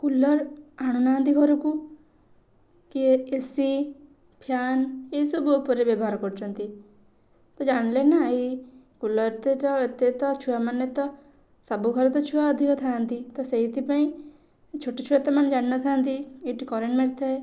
cooler ଆଣୁ ନାହାନ୍ତି ଘରକୁ କିଏ ଏ ସି ଫ୍ୟାନ ଏଇ ସବୁ ଉପରେ ବ୍ୟବହାର କରୁଛନ୍ତି ତ ଜାଣିଲେ ନା ଏଇ କୁଲର୍ଟିର ଏତେ ତ ଛୁଆମାନେ ତ ସବୁ ଘରେ ତ ଅଧିକ ଛୁଆ ଥାଆନ୍ତି ତ ସେଇଥିପାଇଁ ଛୋଟ ଛୁଆ ତ ମାନେ ଜାଣି ନଥାନ୍ତି ଏଇଠି କରେଣ୍ଟ ମାରିଥାଏ